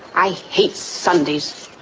i hate sundays,